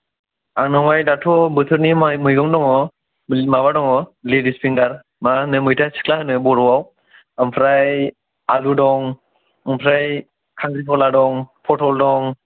आंनावहाय दाथ' बोथोरनि मैगं दङ माबा दङ लेडिज फिंगार मा होनो मैथा सिख्ला होनो बर'आव आमफ्राय आलु दं आमफ्राय खांख्रिख'ला दं पट'ल दं